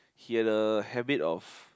he had a habit of